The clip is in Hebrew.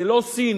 זה לא סין,